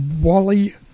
Wally